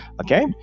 okay